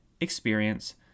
experience